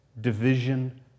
division